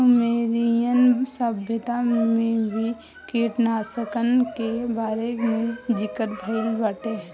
Sumerian सभ्यता में भी कीटनाशकन के बारे में ज़िकर भइल बाटे